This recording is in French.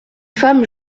femme